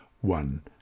one